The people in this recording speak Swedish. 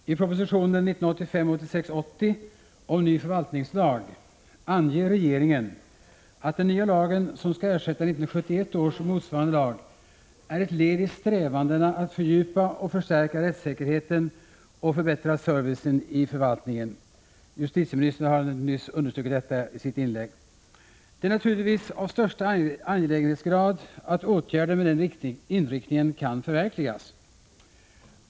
Herr talman! I proposition 1985/86:80 om ny förvaltningslag anger regeringen att den nya lagen, som skall ersätta 1971 års motsvarande lag, är ett led i strävandena att fördjupa och förstärka rättssäkerheten samt förbättra servicen i förvaltningen. Justitieministern har nyss i sitt inlägg understrukit detta. Det är naturligtvis av största angelägenhetsgrad att åtgärder med den inriktningen kan vidtas.